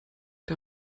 der